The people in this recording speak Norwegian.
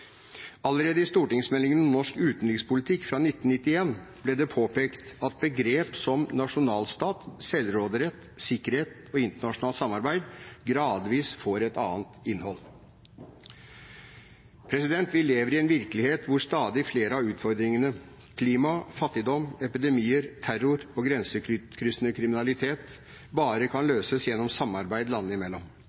Allerede i stortingsmeldingen om norsk utenrikspolitikk fra 1991 ble det påpekt at begreper som nasjonalstat, selvråderett, sikkerhet og internasjonalt samarbeid gradvis får et annet innhold. Vi lever i en virkelighet hvor stadig flere av utfordringene – klima, fattigdom, epidemier, terror og grensekryssende kriminalitet – bare kan løses gjennom samarbeid landene imellom,